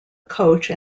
coach